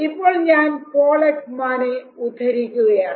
ഇപ്പോൾ ഞാൻ പോൾ എക്മാനെ ഉദ്ധരിക്കുകയാണ്